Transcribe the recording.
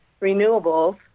renewables